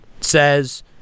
says